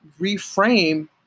reframe